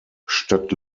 statt